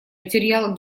материал